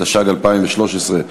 התשע"ג 2013,